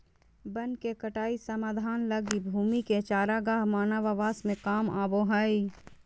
वन के कटाई समाधान लगी भूमि के चरागाह मानव आवास में काम आबो हइ